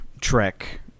trek